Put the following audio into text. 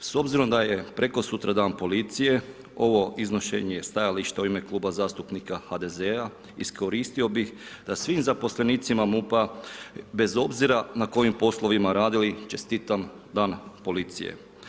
S obzirom da je prekosutra dan policije, ovo iznošenje stajališta u ime Kluba zastupnika HDZ-a iskoristio bih da svim zaposlenicima MUP-a, bez obzira na kojim poslovima radili, čestitam dan policije.